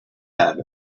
have